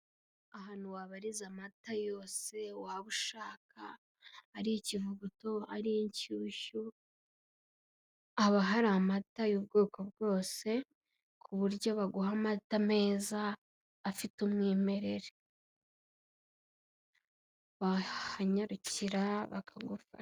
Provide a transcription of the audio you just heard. Ahantu wabariza amata yose waba ushaka, ari ikivubuto, ari inshyushyu, haba hari amata y'ubwoko bwose ku buryo baguha amata meza afite umwimerere, wahanyarukira bakagufa...